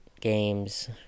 games